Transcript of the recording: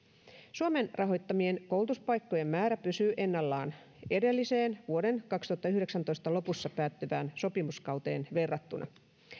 suomen rahoittamien koulutuspaikkojen määrä pysyy ennallaan edelliseen vuoden kaksituhattayhdeksäntoista lopussa päättyvään sopimuskauteen verrattuna